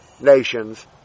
nations